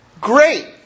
Great